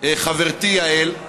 חברתי יעל,